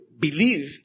Believe